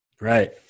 Right